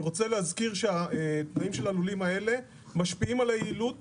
אני רוצה להזכיר שהתנאים של הלולים האלה משפיעים על היעילות